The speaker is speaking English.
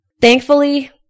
thankfully